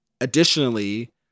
Additionally